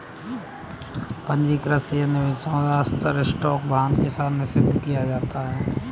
पंजीकृत शेयर निवेशकों के साथ आश्चर्य स्टॉक वाहन के साथ निषिद्ध किया जा सकता है